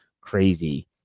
crazy